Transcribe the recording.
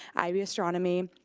ib astronomy,